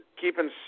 keeping